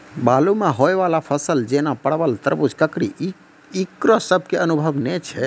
बालू मे होय वाला फसल जैना परबल, तरबूज, ककड़ी ईकरो सब के अनुभव नेय छै?